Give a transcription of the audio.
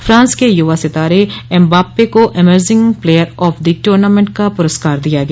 France के युवा सितारे एम्बाप्पे को emerging player of the tournament का पुरस्कार दिया गया